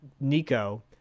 Nico